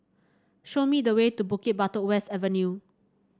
show me the way to Bukit Batok West Avenue